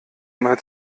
mal